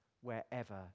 wherever